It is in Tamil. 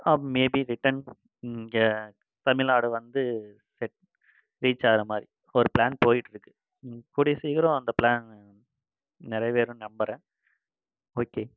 மேபி ரிட்டன் இங்கே தமிழ்நாடு வந்து ஒரு ரீச்சாகிற மாதிரி ஒரு பிளான் போய்கிட்ருக்கு கூடிய சீக்கிரம் அந்த பிளான் நிறைவேறும் நம்புறன் ஓகே